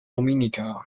dominica